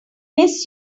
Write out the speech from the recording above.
miss